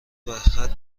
برخط